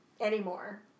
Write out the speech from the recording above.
Anymore